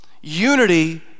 Unity